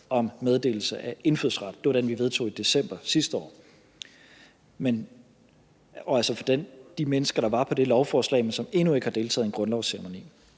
om meddelelse af indfødsret – det var den, vi vedtog i december sidste år – og altså for de mennesker, der var på det lovforslag, men som endnu ikke har deltaget i en grundlovsceremoni.